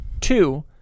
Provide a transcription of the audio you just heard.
Two